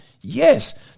Yes